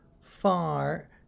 far